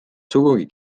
sugugi